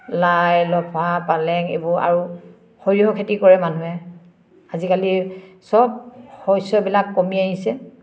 লাই লফা পালেং এইবোৰ আৰু সৰিয়হ খেতি কৰে মানুহে আজিকালি চব শস্যবিলাক কমি আহিছে